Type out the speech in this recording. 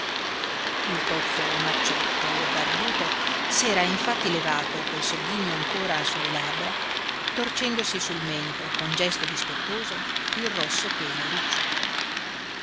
il tozzo omacciotto barbuto s'era infatti levato col sogghigno ancora su le labbra torcendosi sul mento con gesto dispettoso il rosso pelo ricciuto